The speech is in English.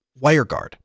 WireGuard